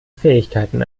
fähigkeiten